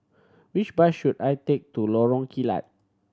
which bus should I take to Lorong Kilat